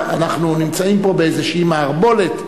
אנחנו נמצאים פה באיזו מערבולת,